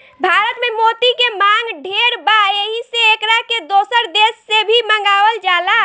भारत में मोती के मांग ढेर बा एही से एकरा के दोसर देश से भी मंगावल जाला